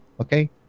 Okay